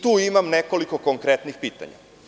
Tu imam nekoliko konkretnih pitanja.